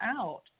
out